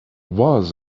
was